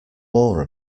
more